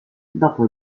dopo